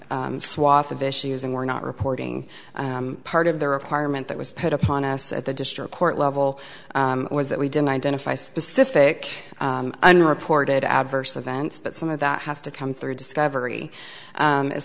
wide swath of issues and we're not reporting part of the requirement that was put upon us at the district court level was that we didn't identify specific unreported adverse events but some of that has to come through discovery